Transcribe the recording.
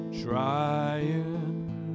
Trying